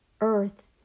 Earth